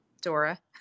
Dora